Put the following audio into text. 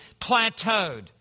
plateaued